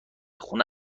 خونه